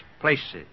places